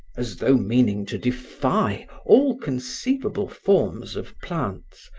as though meaning to defy all conceivable forms of plants,